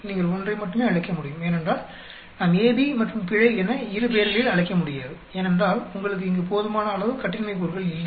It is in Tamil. நீங்கள் ஒன்றை மட்டுமே அழைக்க முடியும் ஏனென்றால் நாம் AB மற்றும் பிழை என இரு பெயர்களில் அழைக்கமுடியாது ஏனென்றால் உங்களுக்கு இங்கு போதுமான அளவு கட்டின்மை கூறுகள் இல்லை